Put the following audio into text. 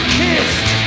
kissed